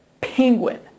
penguin